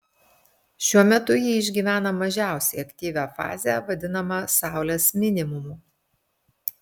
šiuo metu ji išgyvena mažiausiai aktyvią fazę vadinamą saulės minimumu